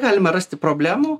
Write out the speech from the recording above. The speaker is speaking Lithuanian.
galima rasti problemų